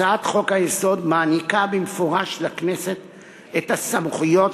הצעת חוק-היסוד מעניקה במפורש לכנסת את הסמכויות